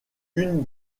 une